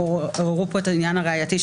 עוררו פה את העניין הראייתי,